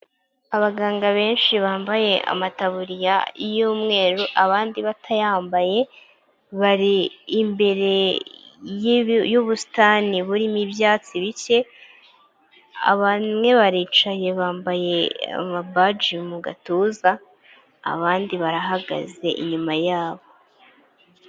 Abaganga benshi bambaye amataburiya y'umweru, abandi batayambaye bari imbere y'ubusitani burimo ibyatsi bike, abantu baricaye bambaye baji mu gatuza, abandi barahagaze inyuma yabo.